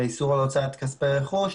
איסור על הוצאת כספי רכוש,